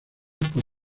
por